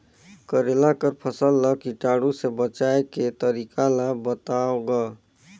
करेला कर फसल ल कीटाणु से बचाय के तरीका ला बताव ग?